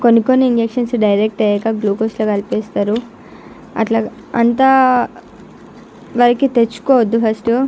కొన్ని కొన్ని injections direct వేయక గ్లూకోజ్లో కలిపేస్తారు అట్లా అంతవరకు తెచ్చుకోవద్దు ఫస్ట్